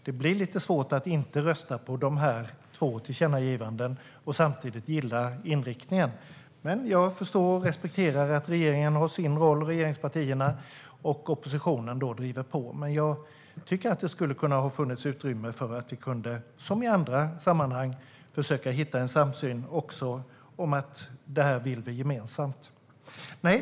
Det blir lite svårt att inte rösta på de här två tillkännagivandena och samtidigt gilla inriktningen, men jag förstår och respekterar att regeringen har sin roll och regeringspartierna och oppositionen driver på. Men jag tycker att det skulle ha kunnat finnas utrymme för att vi som i andra sammanhang skulle kunna hitta en samsyn också om att vi vill det här gemensamt.